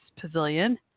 pavilion